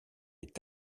est